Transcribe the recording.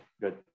good